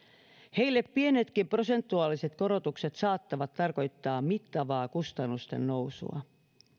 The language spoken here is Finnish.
heille pienetkin prosentuaaliset korotukset saattavat tarkoittaa mittavaa kustannusten nousua